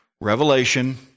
Revelation